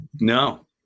No